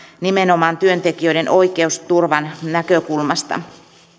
nimenomaan työntekijöiden oikeusturvan näkökulmasta